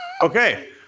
Okay